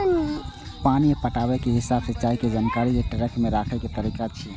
पानि पटाबै के हिसाब सिंचाइ के जानकारी कें ट्रैक मे राखै के तरीका छियै